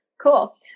Cool